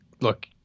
look